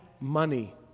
money